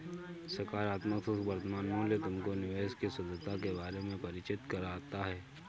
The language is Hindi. सकारात्मक शुद्ध वर्तमान मूल्य तुमको निवेश की शुद्धता के बारे में परिचित कराता है